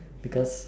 because